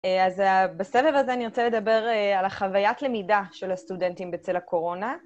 אז בסבב הזה אני רוצה לדבר על החוויית למידה של הסטודנטים בצל הקורונה.